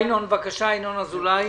ינון אזולאי.